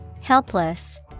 Helpless